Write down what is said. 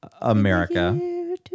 America